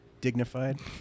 dignified